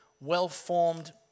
well-formed